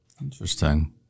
Interesting